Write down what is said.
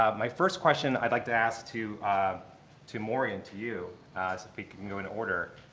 um my first question i'd like to ask to to morgan, to you, if we can go in order,